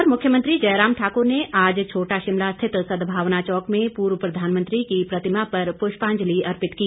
इधर मुख्यमंत्री जयराम ठाकुर ने आज छोटा शिमला स्थित सद्भावना चौक में पूर्व प्रधानमंत्री की प्रतिमा पर पुष्पांजलि अर्पित की